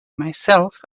myself